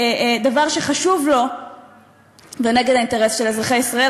דבר שחשוב לו ונגד האינטרס של אזרחי ישראל,